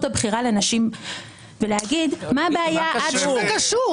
הבחירה לנשים ולהגיד: "מה הבעיה" --- מה זה קשור?